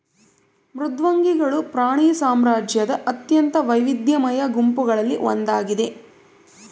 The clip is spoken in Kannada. ಮೃದ್ವಂಗಿಗಳು ಪ್ರಾಣಿ ಸಾಮ್ರಾಜ್ಯದ ಅತ್ಯಂತ ವೈವಿಧ್ಯಮಯ ಗುಂಪುಗಳಲ್ಲಿ ಒಂದಾಗಿದ